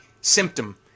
symptom